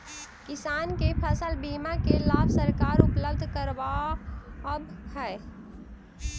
किसान के फसल बीमा के लाभ सरकार उपलब्ध करावऽ हइ